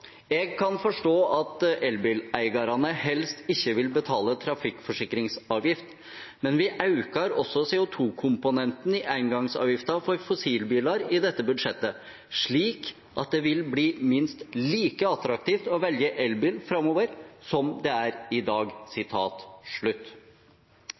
kan forstå at elbileigarane helst ikkje vil betale trafikkforsikringsavgift. Men vi aukar også CO 2 -komponenten i eingangsavgifta for fossilbilar i dette budsjettet, slik at det vil bli minst like attraktivt å velje elbil framover som det er i dag.»